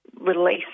release